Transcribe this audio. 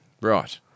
Right